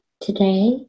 today